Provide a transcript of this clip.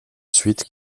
suite